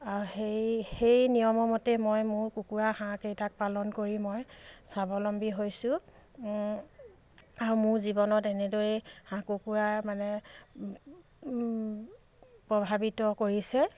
সেই সেই নিয়মৰ মতে মই মোৰ কুকুৰা হাঁহকেইটাক পালন কৰি মই স্বাৱলম্বী হৈছোঁ আৰু মোৰ জীৱনত এনেদৰেই হাঁহ কুকুৰাই মানে প্ৰভাৱিত কৰিছে